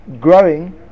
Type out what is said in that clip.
Growing